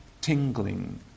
tingling